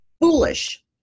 foolish